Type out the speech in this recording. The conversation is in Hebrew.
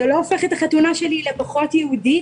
זה לא הופך את החתונה שלי לפחות יהודית,